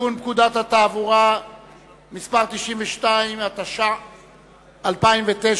לתיקון פקודת התעבורה (מס' 92), התש"ע 2009,